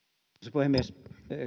puhemies